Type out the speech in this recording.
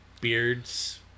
beards